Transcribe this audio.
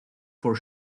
for